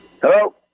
hello